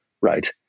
right